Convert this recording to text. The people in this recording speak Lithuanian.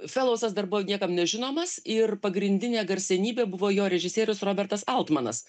felousas dar buvo niekam nežinomas ir pagrindinė garsenybė buvo jo režisierius robertas altmanas